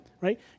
right